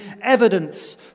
evidence